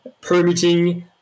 Permitting